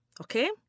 Okay